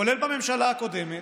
כולל בממשלה הקודמת,